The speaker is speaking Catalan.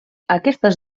aquestes